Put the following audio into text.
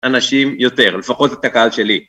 אנשים יותר, לפחות את הקהל שלי.